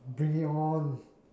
bring it on